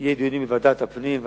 יהיו דיונים בוועדת הפנים,